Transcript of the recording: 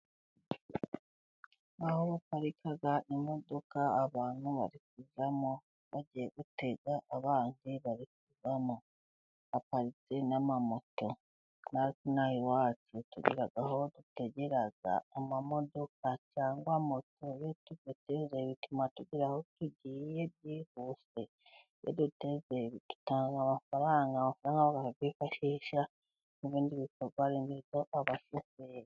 Aho baparika imodoka, abantu bari kuvamo bagiye batega, abandi bari kuvamo, haparitse n'amamoto. Natwe inaha iwacu, tugira aho dutegera amamodoka cyangwa moto iyo tuziteze bituma tugera aho tugiye byihuse, iyo duteze dutanga amafaranga, amafaranga barayifashisha mu bindi bikorwa remezo abashoferi.